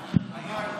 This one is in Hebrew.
אליו.